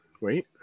Wait